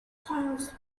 files